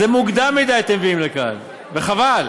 זה מוקדם מדי שאתם מביאים לכאן, וחבל.